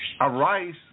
arise